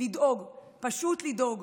לדאוג, פשוט לדאוג.